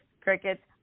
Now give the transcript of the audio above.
crickets